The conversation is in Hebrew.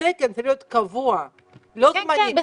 התקן צריך להיות קבוע לא זמני.